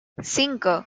cinco